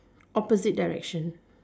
opposite direction